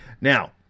Now